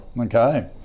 Okay